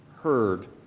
heard